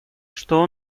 что